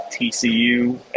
tcu